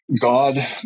God